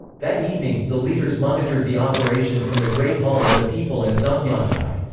that evening, the leaders monitored the operation from the great hall of the people and zhongnanhai.